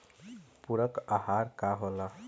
पुरक अहार का होला?